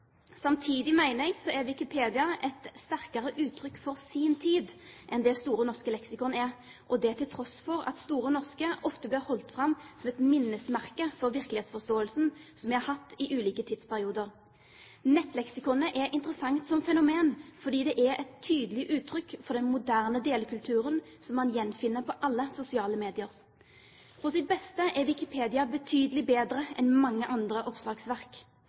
Samtidig, mener jeg, er Wikipedia et sterkere uttrykk for sin tid enn det Store norske leksikon er, og det til tross for at Store norske ofte blir holdt fram som et minnesmerke for virkelighetsforståelsen som vi har hatt i ulike tidsperioder. Nettleksikonet er interessant som fenomen fordi det er et tydelig uttrykk for den moderne delekulturen som man gjenfinner i alle sosiale medier. På sitt beste er Wikipedia betydelig bedre enn mange andre oppslagsverk.